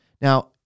Now